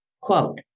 Quote